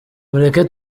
mureke